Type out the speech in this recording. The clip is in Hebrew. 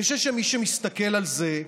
שאני חושב שמי שמסתכל על זה,